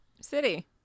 city